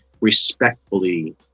respectfully